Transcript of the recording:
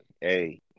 hey